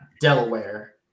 Delaware